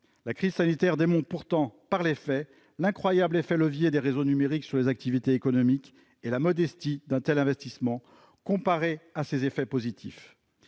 La crise sanitaire démontre pourtant par les faits l'incroyable effet de levier des réseaux numériques sur les activités économiques et la modestie d'un tel investissement au regard de ses effets positifs.